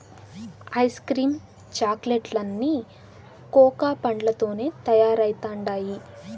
ice cream chocolate లన్నీ cocoa పండ్లతోనే తయారైతండాయి